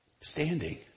standing